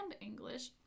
English